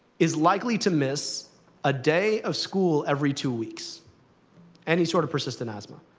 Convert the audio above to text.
is likely to miss a day of school every two weeks any sort of persistent asthma.